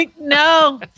no